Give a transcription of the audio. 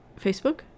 Facebook